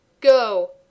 go